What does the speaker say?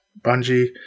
Bungie